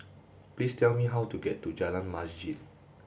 please tell me how to get to Jalan Masjid